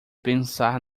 pensar